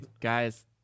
Guys